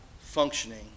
functioning